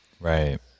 Right